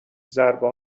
ضربه